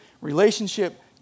relationship